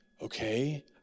okay